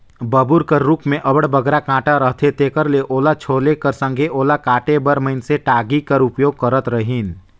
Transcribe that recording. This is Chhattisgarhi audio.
बबूर कर रूख मे अब्बड़ बगरा कटा रहथे तेकर ले ओला छोले कर संघे ओला काटे बर मइनसे टागी कर उपयोग करत रहिन